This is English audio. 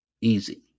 easy